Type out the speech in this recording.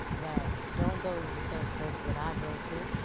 that don't go to the same church that i go to,